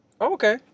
Okay